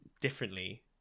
differently